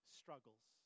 struggles